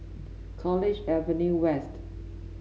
College Avenue West